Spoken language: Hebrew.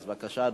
אז בבקשה,